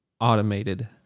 automated